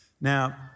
Now